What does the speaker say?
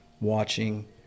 watching